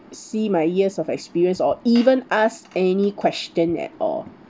see my years of experience or even ask any question at all